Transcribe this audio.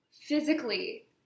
Physically